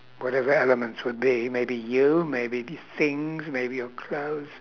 whatever elements would be maybe you maybe the things maybe your clothes